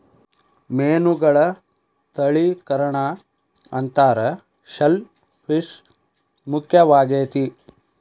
ಮೇನುಗಳ ತಳಿಕರಣಾ ಅಂತಾರ ಶೆಲ್ ಪಿಶ್ ಮುಖ್ಯವಾಗೆತಿ